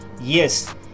Yes